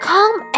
Come